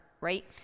right